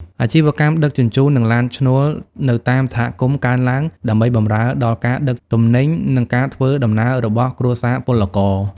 អាជីវកម្មដឹកជញ្ជូន និងឡានឈ្នួលនៅតាមសហគមន៍កើនឡើង ដើម្បីបម្រើដល់ការដឹកទំនិញ និងការធ្វើដំណើររបស់គ្រួសារពលករ។